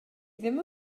ddim